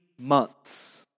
months